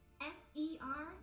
F-E-R